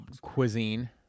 cuisine